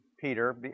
Peter